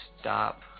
stop